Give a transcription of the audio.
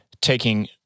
taking